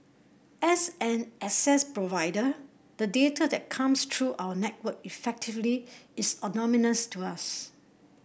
as an access provider the data that comes through our network effectively is anonymous to us